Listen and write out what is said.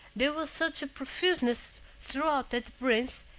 there was such a profuseness throughout that the prince,